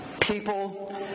people